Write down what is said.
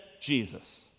Jesus